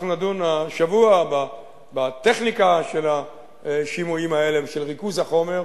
אנחנו נדון בשבוע הבא בטכניקה של השימועים האלה ושל ריכוז החומר.